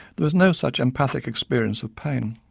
there was no such empathic experience of pain.